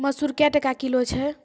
मसूर क्या टका किलो छ?